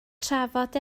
trafod